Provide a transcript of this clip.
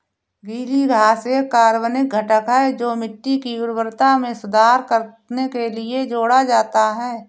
गीली घास एक कार्बनिक घटक है जो मिट्टी की उर्वरता में सुधार करने के लिए जोड़ा जाता है